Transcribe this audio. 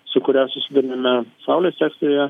su kuria susiduriame saulės sektoriuje